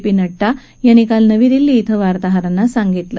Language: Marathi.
पी नङ्डा यांनी काल नवी दिल्ली श्रि वार्ताहारांना सांगितलं